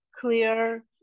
clear